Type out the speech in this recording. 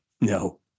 No